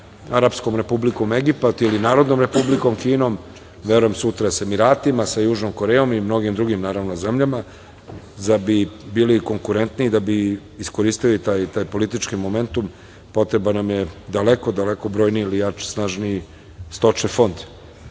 Arapskom republikom Egiptom, ili Narodnom Republikom Kinom, a verujem sutra sa Emiratima, sa Južnom Korejom i mnogim drugim zemljama, da bi bili konkurentniji i da bi iskoristili taj politčki momenat i potrebno nam je daleko brojniji ili jači i snažniji stočni fond. Ono